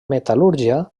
metal·lúrgia